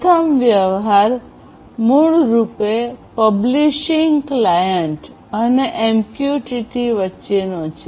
પ્રથમ વ્યવહાર મૂળરૂપે પબ્લિશિંગ ક્લાયંટ અને એમક્યુટીટી વચ્ચેનો છે